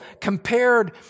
compared